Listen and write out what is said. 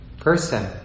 person